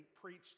preached